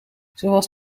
zoals